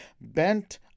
bent